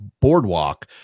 boardwalk